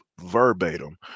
verbatim